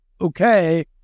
okay